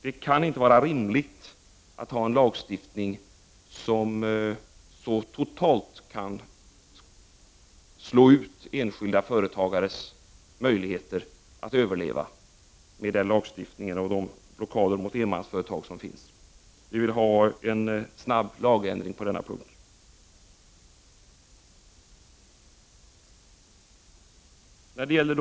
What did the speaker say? Det är inte rimligt att ha en lagstiftning som så totalt kan slå ut enskilda företagares möjligheter att överleva. Lagstiftningen om blockad mot enmansföretag är sådan. Vi vill att förslag om en lagändring snabbt läggs fram på denna punkt.